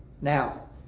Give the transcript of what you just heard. Now